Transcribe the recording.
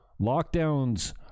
Lockdowns